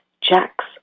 Jack's